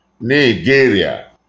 Nigeria